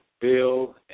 Bill